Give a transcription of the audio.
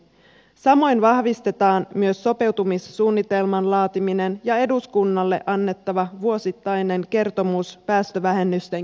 samoin vahvistetaan myös sopeutumissuunnitelman laatiminen ja eduskunnalle annettava vuosittainen kertomus päästövähennysten kehittymisestä